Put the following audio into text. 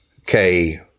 Okay